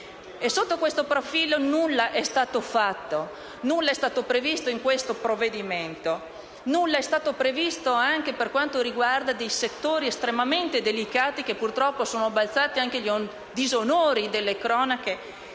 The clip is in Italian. Sotto questo profilo nulla è stato fatto. Nulla è stato previsto in questo provvedimento. Nulla è stato previsto anche per quanto riguarda settori estremamente delicati, che, purtroppo, sono balzati anche ai disonori delle cronache.